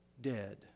dead